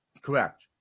Correct